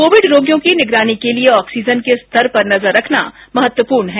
Covid रोगियों की निगरानी के लिए ऑक्सीजन के स्तर पर नजर रखना महत्वपूर्ण है